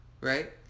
Right